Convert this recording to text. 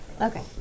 Okay